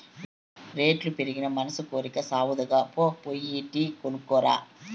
రేట్లు పెరిగినా మనసి కోరికి సావదుగా, పో పోయి టీ కొనుక్కు రా